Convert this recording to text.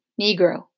Negro